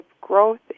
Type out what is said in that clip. growth